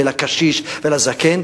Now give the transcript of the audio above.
ולקשיש ולזקן,